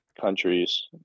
countries